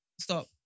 Stop